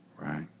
right